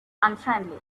unfriendly